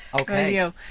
Okay